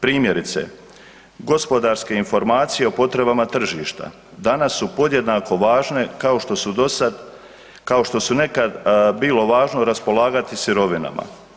Primjerice, gospodarske informacije o potrebama tržišta danas su podjednako važne kao što su dosad, kao što su nekad bilo važno raspolagati sirovinama.